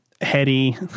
heady